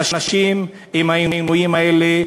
אנשים, עם העינויים האלה,